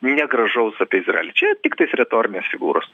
negražaus apie izraelį čia tiktais retorinės figūros